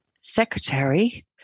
secretary